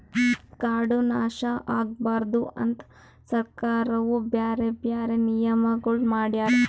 ಕಾಡು ನಾಶ ಆಗಬಾರದು ಅಂತ್ ಸರ್ಕಾರವು ಬ್ಯಾರೆ ಬ್ಯಾರೆ ನಿಯಮಗೊಳ್ ಮಾಡ್ಯಾರ್